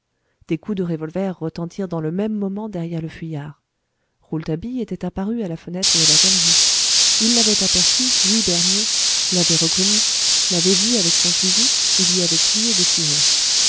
des coups de revolver retentirent dans le même moment derrière le fuyard rouletabille était apparu à la fenêtre de la galerie il l'avait aperçu lui bernier l'avait reconnu l'avait vu avec son fusil et lui avait crié de tirer